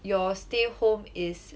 your stay home is